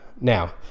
Now